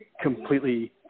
completely